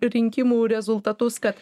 rinkimų rezultatus kad